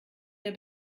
mehr